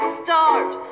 start